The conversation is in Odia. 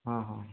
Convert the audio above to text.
ହଁ ହଁ